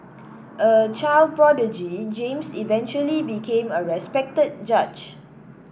a child prodigy James eventually became a respected judge